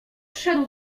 szedł